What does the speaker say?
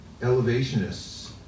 elevationists